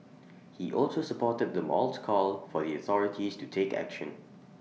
he also supported the mall's call for the authorities to take action